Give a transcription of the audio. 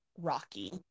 Rocky